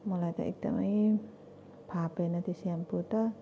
मलाई त एकदमै फाफेन त्यो स्याम्पो त